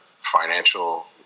financial